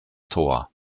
tor